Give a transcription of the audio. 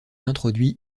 introduit